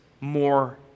more